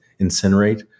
incinerate